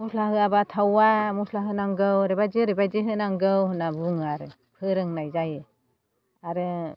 मस्ला होआबा थावा मस्ला होनांगौ ओरैबायदि ओरैबायदि होनांगौ होनना बुङो आरो फोरोंनाय जायो आरो